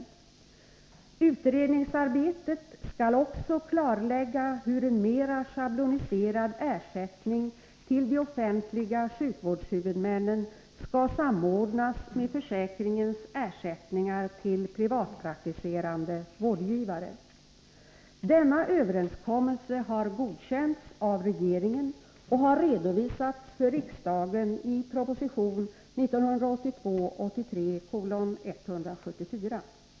Utredningsarbetet skall också klarlägga hur en mera schabloniserad ersättning till de offentliga sjukvårdshuvudmännen skall samordnas med försäkringens ersättningar till privatpraktiserande vårdgivare. Denna överenskommelse har godkänts av regeringen och har redovisats för riksdagen i proposition 1982/83:174.